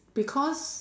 because